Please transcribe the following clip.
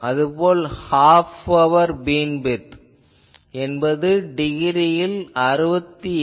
அது போல half power beamwidth என்பது டிகிரியில் 68